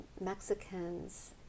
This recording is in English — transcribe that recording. Mexicans